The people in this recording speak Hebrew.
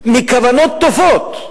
מכוונות טובות,